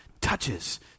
touches